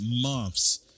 months